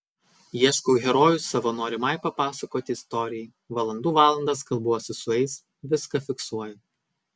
ieškau herojų savo norimai papasakoti istorijai valandų valandas kalbuosi su jais viską fiksuoju